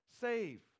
save